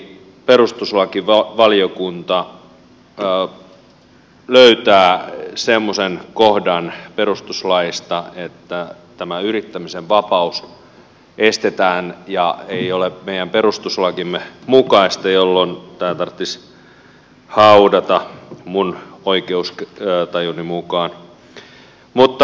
toivottavasti perustuslakivaliokunta löytää semmoisen kohdan perustuslaista että tämä yrittämisen vapauden estäminen joka ei ole meidän perustuslakimme mukaista ei toteudu jolloin tämä tarvitsisi haudata minun oikeustajuni mukaan